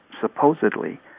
supposedly